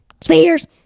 Spears